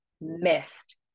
missed